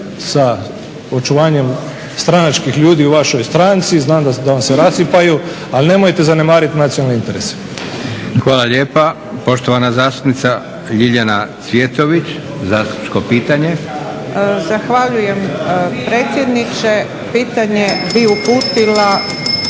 sa očuvanjem stranačkih ljudi u vašoj stranci, znam da vam se rasipaju ali nemojte zanemariti nacionalne interese. **Leko, Josip (SDP)** Hvala lijepa. Poštovana zastupnica Ljiljana Cvjetović, zastupničko pitanje. **Cvjetović, Ljiljana (HSU)** Zahvaljujem predsjedniče. Pitanje bih uputila